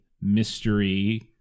mystery